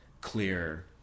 clear